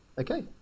Okay